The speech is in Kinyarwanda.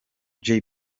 jay